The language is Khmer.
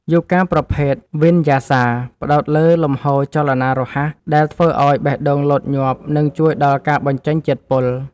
យូហ្គាប្រភេទ វីនយ៉ាសា ផ្ដោតលើលំហូរចលនារហ័សដែលធ្វើឱ្យបេះដូងលោតញាប់ និងជួយដល់ការបញ្ចេញជាតិពុល។